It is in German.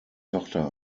tochter